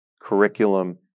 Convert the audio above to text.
curriculum